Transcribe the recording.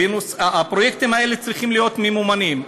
לכן הפרויקטים האלה צריכים להיות ממומנים.